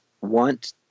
want